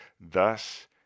Thus